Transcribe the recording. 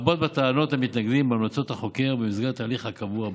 לרבות בטענות המתנגדים ובהמלצות החוקר במסגרת ההליך הקבוע בחוק.